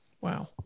Wow